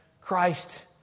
Christ